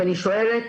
אני שואלת: